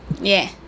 yeah